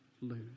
lose